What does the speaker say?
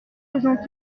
faisons